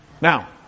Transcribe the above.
Now